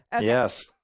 Yes